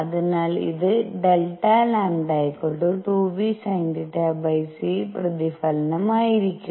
അതിനാൽ ഇത് Δ λ2vsinθ c പ്രതിഫലനം ആയിരിക്കും